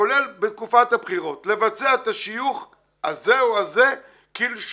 כולל בתקופת הבחירות לבצע את השיוך הזה או הזה כלשונו.